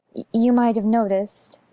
you might have noticed.